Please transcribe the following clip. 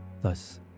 Thus